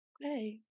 Hey